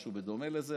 משהו דומה לזה,